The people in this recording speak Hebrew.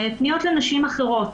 פניות לנשים אחרות,